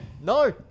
No